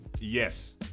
yes